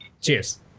Cheers